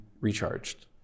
recharged